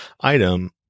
item